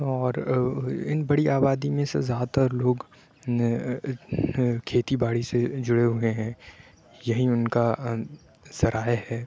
اور اِن بڑی آبادی میں سے زیادہ تر لوگ کھیتی باڑی سے جُڑے ہوئے ہیں یہیں اُن ذرائع کا ہے